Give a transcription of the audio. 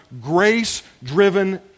grace-driven